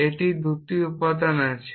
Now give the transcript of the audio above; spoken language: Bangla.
এটির 2টি উপাদান রয়েছে